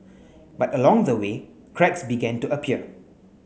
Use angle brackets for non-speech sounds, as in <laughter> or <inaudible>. but along the way <noise> cracks began to appear